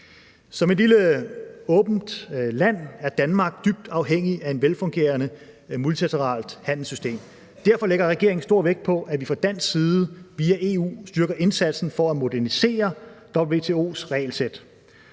Som et lille åbent land er Danmark dybt afhængigt af et velfungerende multilateralt handelssystem. Derfor lægger regeringen stor vægt på, at vi fra dansk side via EU styrker indsatsen for at modernisere WTO's regelsæt.